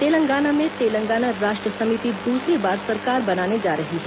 तेलंगाना में तेलंगाना राष्ट्र समिति दूसरी बार सरकार बनाने जा रही है